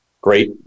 great